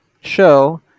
show